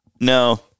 No